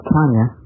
Tanya